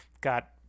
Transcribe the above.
got